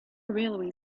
railway